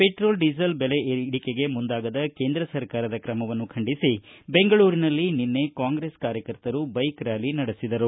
petrol diesel ಬೆರೆ ಇಳಿಕೆಗೆ ಮುಂದಾಗದ ಕೇಂದ್ರ ಸರ್ಕಾರದ ಕ್ರಮವನ್ನು ಖಂಡಿಸಿ ಬೆಂಗಳೂರಿನಲ್ಲಿ ನಿನ್ನೆ ಕಾಂಗ್ರೆಸ್ ಕಾರ್ಯಕರ್ತರು ಬೈಕ್ ರ್ಕಾಲಿ ನಡೆಸಿದರು